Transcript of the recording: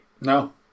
No